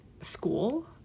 school